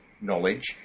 knowledge